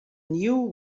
new